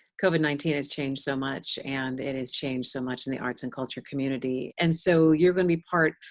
covid nineteen has changed so much, and it has changed so much in the arts and culture community. and so, you're gonna be part,